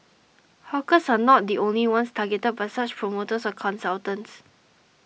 hawkers are not the only ones targeted by such promoters or consultants